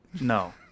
No